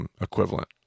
equivalent